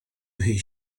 his